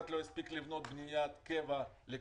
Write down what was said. לא יספיק לבנות בניית קבע של כיתות.